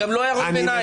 גם לא הערות ביניים.